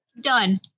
done